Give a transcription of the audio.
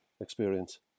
experience